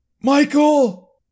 Michael